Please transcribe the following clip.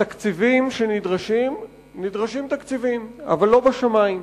התקציבים שנדרשים, נדרשים תקציבים, אבל לא בשמים.